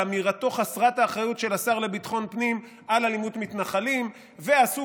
אמירתו חסרת האחריות של השר לביטחון פנים על אלימות מתנחלים ועשו